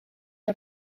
are